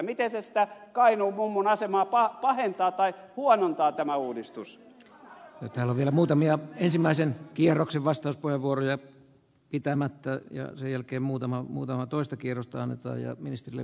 miten tämä uudistus sitä kainuun mummon asemaa pahentaa tai huonontaa tämä uudistus ei täällä vielä muutamia ensimmäisen kierroksen vastauspuheenvuoroja pitämättä ja sen jälkeen muutaman huutaa toista kierrosta annetaan ja ministerille